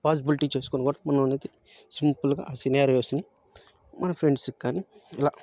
possibility చేసుకుని కూడా మనం అనేది సింపుల్గా సినారియోస్ని మన ఫ్రెండ్స్ కానీ ఇలా